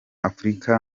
afurika